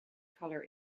colour